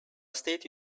state